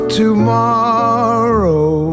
tomorrow